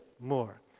more